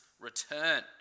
return